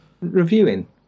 reviewing